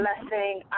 blessing